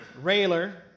Railer